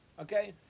Okay